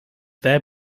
there